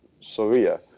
Soria